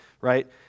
right